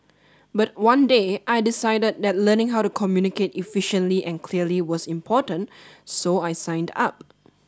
but one day I decided that learning how to communicate efficiently and clearly was important so I signed up